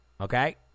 Okay